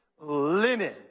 linen